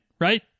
right